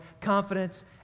confidence